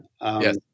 Yes